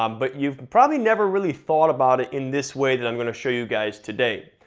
um but you've probably never really thought about it in this way that i'm gonna show you guys today.